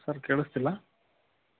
sir ಕೇಳಿಸ್ತಿಲ್ಲ